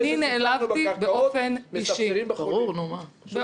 אחרי שספסרו בקרקעות מספסרים בחולים.